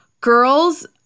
girls